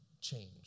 change